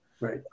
Right